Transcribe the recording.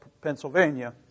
Pennsylvania